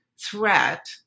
threat